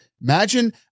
Imagine